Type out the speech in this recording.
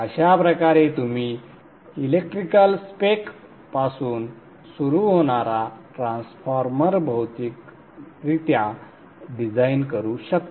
अशा प्रकारे तुम्ही इलेक्ट्रिकल स्पेकपासून सुरू होणारा ट्रान्सफॉर्मर भौतिकरित्या डिझाइन करू शकता